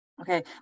Okay